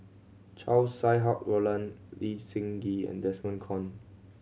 Chow Sau Hai Roland Lee Seng Gee and Desmond Kon